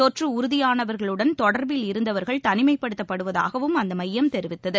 தொற்று உறுதியானவர்களுடன் தொடர்பில் இருந்தவர்கள் தனிமைப்படுத்தப்படுவதாகவும் அந்த மையம் தெரிவித்தது